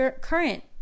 current